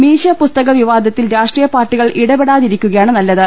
മീശ പുസ്തക വിവാദത്തിൽ രാഷ്ട്രീയപാർട്ടികൾ ഇടപെടാ തിരിക്കുകയാണ് നല്ലത്